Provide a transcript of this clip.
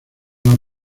las